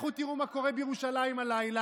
לכו תראו מה קורה בירושלים הלילה,